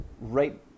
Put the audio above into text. right